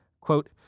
Quote